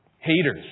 Haters